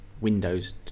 windows